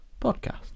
podcast